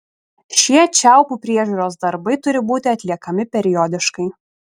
šie čiaupų priežiūros darbai turi būti atliekami periodiškai